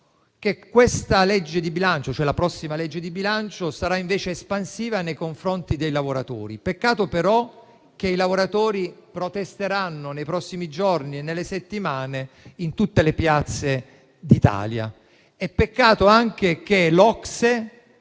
condividiamo e cioè che la prossima legge di bilancio sarà invece espansiva nei confronti dei lavoratori. Peccato però che i lavoratori protesteranno, nei prossimi giorni e settimane, in tutte le piazze d’Italia. Peccato anche che l’OCSE